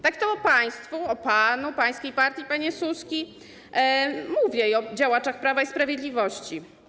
Tak, to o państwu, o panu, o pańskiej partii, panie Suski, mówię i o działaczach Prawa i Sprawiedliwości.